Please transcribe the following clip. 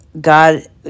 God